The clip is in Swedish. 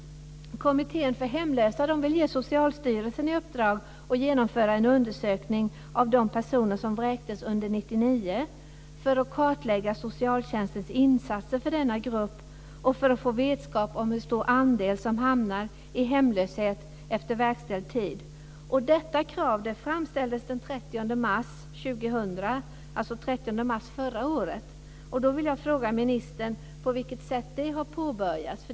Kommittén för hemlösa vill ge Socialstyrelsen i uppdrag att genomföra en undersökning av de personer som vräktes under 1999 för att kartlägga socialtjänstens insatser för denna grupp och för att få vetskap om hur stor andel som hamnar i hemlöshet efter verkställighet. Detta krav framställdes den 30 mars 2000, dvs. den 30 mars förra året. Jag vill fråga ministern på vilket sätt det har påbörjats.